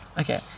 Okay